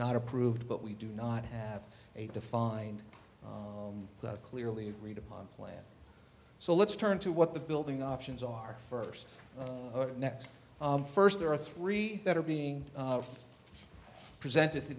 not approved but we do not have a defined clearly agreed upon plan so let's turn to what the building options are first next first there are three that are being presented to